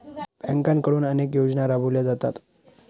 बँकांकडून अनेक योजना राबवल्या जातात